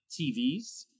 tvs